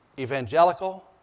Evangelical